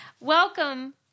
Welcome